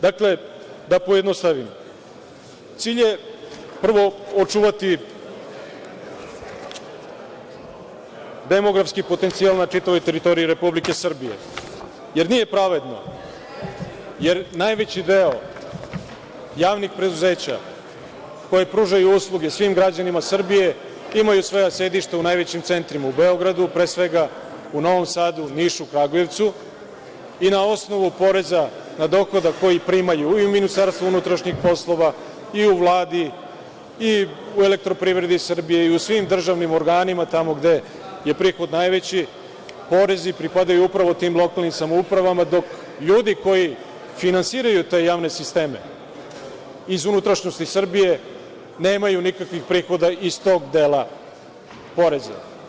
Dakle, da pojednostavimo, cilj je prvo očuvati demografski potencijal na čitavoj teritoriji Republike Srbije, jer nije pravedno, jer najveći deo javnih preduzeća koje pružaju usluge svim građanima Srbije imaju svoja sedišta u najvećim centrima u Beogradu, pre svega, u Novom Sadu, Nišu, Kragujevcu i na osnovu poreza na dohodak koji primaju u MUP, i u Vladi, i u Elektroprivredi Srbije, i u svim državnim organima tamo gde je prihod najveći, porezi pripadaju upravo tim lokalnim samoupravama dok ljudi koji finansiraju te javne sisteme iz unutrašnjosti Srbije nemaju nikakvih prihoda iz tog dela poreza.